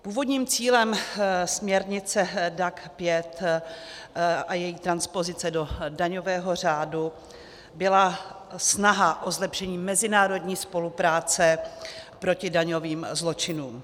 Původním cílem směrnice DAC 5 a její transpozice do daňového řádu byla snaha o zlepšení mezinárodní spolupráce proti daňovým zločinům.